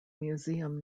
museum